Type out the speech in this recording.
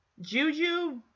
Juju